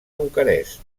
bucarest